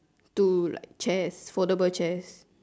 two like chairs suitable chairs